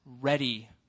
ready